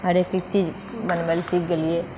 हरेक चीज बनबै लऽ सीख गेलिऐ